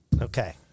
Okay